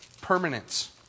permanence